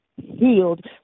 Healed